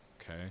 okay